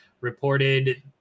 reported